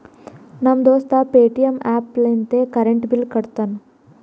ನಮ್ ದೋಸ್ತ Paytm app ಲಿಂತೆ ಕರೆಂಟ್ ಬಿಲ್ ಕಟ್ಟತಾನ್